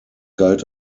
galt